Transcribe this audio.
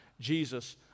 Jesus